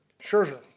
Scherzer